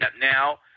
now